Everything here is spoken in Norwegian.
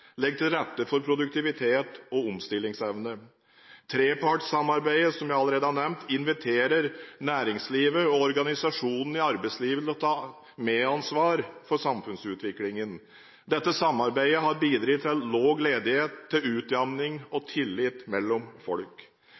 til rette for produktivitet og omstillingsevne. Trepartssamarbeidet, som jeg allerede har nevnt, inviterer næringslivet og organisasjonene i arbeidslivet til å ta medansvar for samfunnsutviklingen. Dette samarbeidet har bidratt til lav ledighet, til utjevning og til tillit mellom folk.